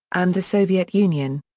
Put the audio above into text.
and the soviet union.